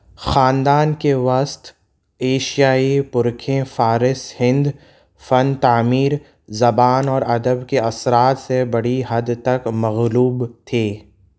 خاندان کے وسط ایشیائی پرکھیں فارس ہند فن تعمیر زبان اور ادب کے اثرات سے بڑی حد تک مغلوب تھی